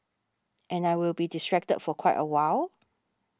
and I will be distracted for quite a while